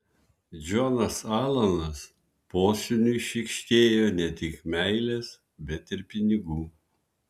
džonas alanas posūniui šykštėjo ne tik meilės bet ir pinigų